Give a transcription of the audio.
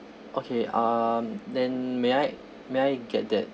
okay um then may I may get that